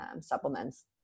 supplements